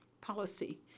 policy